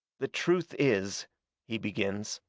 the truth is he begins.